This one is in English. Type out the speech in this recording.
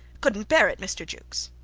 couldnt bear it, mr. jukes.